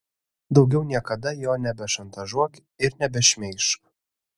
daugiau niekada jo nebešantažuok ir nebešmeižk